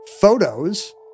photos